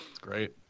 great